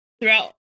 Throughout